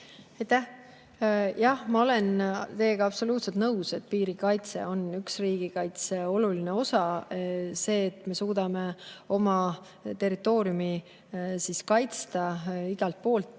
Jah, ma olen teiega absoluutselt nõus, et piirikaitse on riigikaitse oluline osa. See, et me suudame oma territooriumi kaitsta igalt poolt